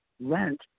rent